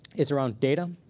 it's around data.